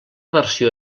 versió